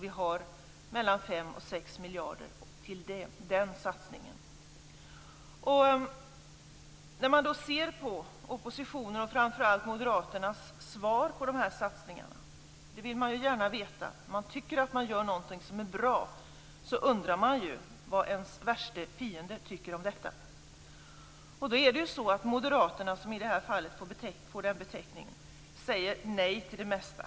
Vi har mellan 5 och 6 miljarder till den satsningen. När man tycker att man gör något som är bra vill man gärna veta hur oppositionen, och framför allt Moderaterna, ser på det. Man undrar förstås vad ens värste fiende tycker om det. Moderaterna - som i det här fallet får den beteckningen - säger nej till det mesta.